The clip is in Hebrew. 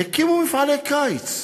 הקימו מפעלי קיץ,